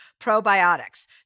probiotics